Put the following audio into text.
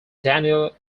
daniel